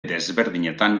desberdinetan